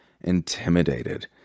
intimidated